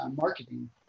marketing